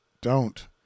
Don't